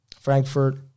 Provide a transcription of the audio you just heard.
Frankfurt